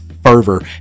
fervor